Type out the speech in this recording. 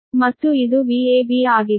ಮತ್ತು ಇದು Vab ಆಗಿದೆ